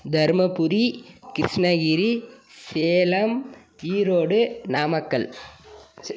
Dharmapuri Krishnagiri Salem Erode Namakkal